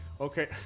Okay